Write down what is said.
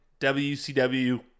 WCW